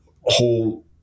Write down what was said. whole